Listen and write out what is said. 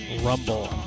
Rumble